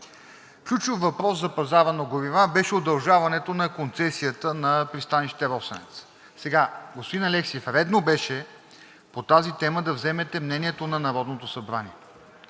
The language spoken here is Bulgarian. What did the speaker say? Ключов въпрос за пазара на горива беше удължаването на концесията на пристанище „Росенец“. Господин Алексиев, редно беше по тази тема да вземете мнението на Народното събрание.